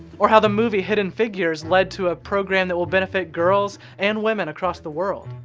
or how the movie hidden figures led to a program that will benefit girls and women across the world.